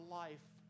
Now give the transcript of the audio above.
life